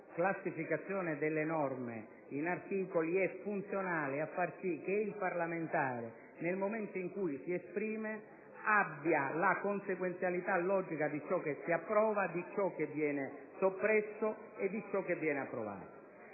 la classificazione delle norme in articoli è funzionale a far sì che il parlamentare, nel momento in cui si esprime, abbia consapevolezza della consequenzialità logica di ciò che si approva, di ciò che viene soppresso e di ciò che viene approvato.